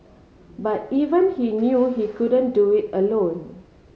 but even he knew he couldn't do it alone